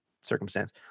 circumstance